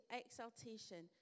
exaltation